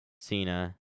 Cena